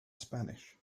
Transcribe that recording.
spanish